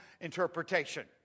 interpretation